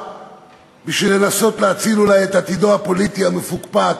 בשביל לנסות להציל אולי את עתידו הפוליטי המפוקפק